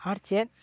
ᱟᱨ ᱪᱮᱫ